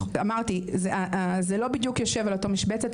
זה לא בדיוק יושב על אותה משבצת,